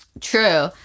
True